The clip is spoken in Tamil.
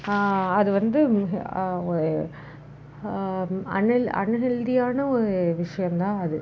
அது வந்து அன்ஹெல்தியான ஒரு விஷயம்தான் அது